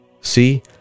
See